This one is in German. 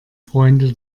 freunde